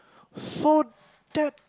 so that